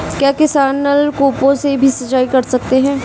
क्या किसान नल कूपों से भी सिंचाई कर सकते हैं?